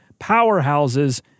powerhouses